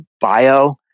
bio